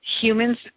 Humans